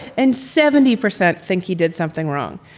and seventy percent think he did something wrong.